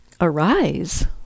arise